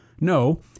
No